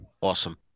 Awesome